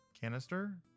canister